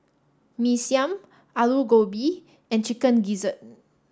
Mee Siam Aloo Gobi and Chicken Gizzard